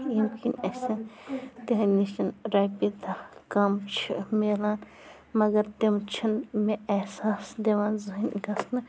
ییٚمہِ کِن اَسہِ تِہنٛدِ نِشن رۄپیہِ دَہ کَم چھِ مِلان مگر تِم چھِنہٕ مےٚ احساس دِوان زٕہٕنۍ گژھنہٕ